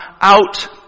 out